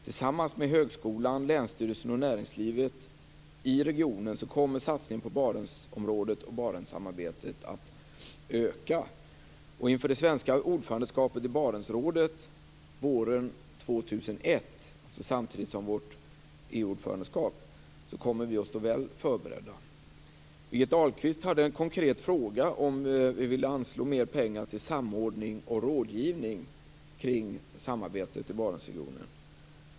Tillsammans med högskolan, länsstyrelsen och näringslivet i regionen kommer satsningen på Barentsområdet och Barentssamarbetet att öka. Inför det svenska ordförandeskapet i Barentsrådet våren 2001, alltså samtidigt med vårt EU-ordförandeskap, kommer vi att stå väl förberedda. Birgitta Ahlqvist hade en konkret fråga om ifall vi vill anslå mer pengar till samråd och rådgivning om samarbetet i Barentsregionen.